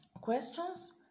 questions